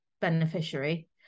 beneficiary